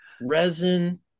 Resin